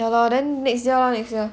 ya lor then next year lor next year